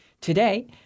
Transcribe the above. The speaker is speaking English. Today